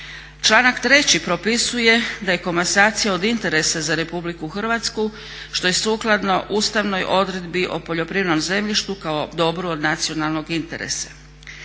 Članak 3. propisuje da je komasacija od interesa za Republiku Hrvatsku što je sukladno ustavnoj odredbi o poljoprivrednom zemljištu kao dobru od nacionalnog interesa.